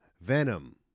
venom